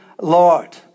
Lord